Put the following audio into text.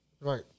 Right